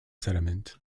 sediments